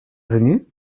venus